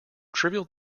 trivial